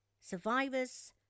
survivors